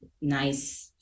nice